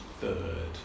third